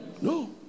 No